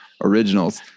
originals